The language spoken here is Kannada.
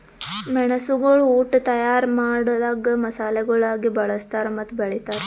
ಮೆಣಸುಗೊಳ್ ಉಟ್ ತೈಯಾರ್ ಮಾಡಾಗ್ ಮಸಾಲೆಗೊಳಾಗಿ ಬಳ್ಸತಾರ್ ಮತ್ತ ಬೆಳಿತಾರ್